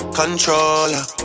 controller